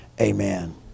amen